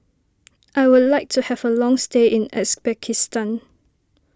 I would like to have a long stay in Uzbekistan